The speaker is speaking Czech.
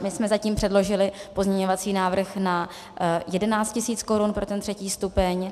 My jsme zatím předložili pozměňovací návrh na 11 000 korun pro třetí stupeň.